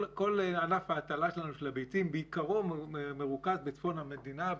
כל ענף ההטלה שלנו של הביצים בעיקרו מרוכז בצפון המדינה,